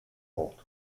ort